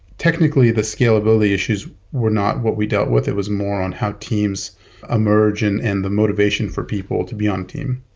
technically, the scalability issues were not what we dealt with. it was more on how teams emerge and and the motivation for people to be on a team.